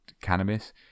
cannabis